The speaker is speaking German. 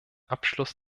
abschluss